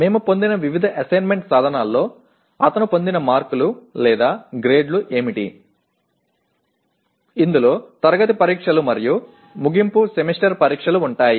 మేము పొందిన వివిధ అసైన్మెంట్ సాధనాల్లో అతను పొందిన మార్కులు లేదా గ్రేడ్లు ఏమిటి ఇందులో తరగతి పరీక్షలు మరియు ముగింపు సెమిస్టర్ పరీక్షలు ఉంటాయి